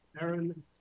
Aaron